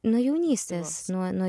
nuo jaunystės nuo nuo